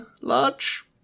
large